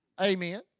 Amen